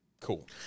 Cool